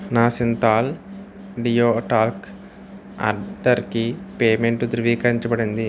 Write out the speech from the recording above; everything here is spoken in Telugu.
నా సింథాల్ డియో టాల్క్ ఆర్డర్కి పేమెంట్ ధృవీకరించబడింది